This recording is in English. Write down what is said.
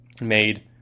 made